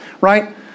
right